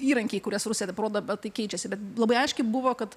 įrankiai kuriuos rusija parodo bet tai keičiasi bet labai aiškiai buvo kad